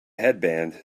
headband